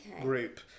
group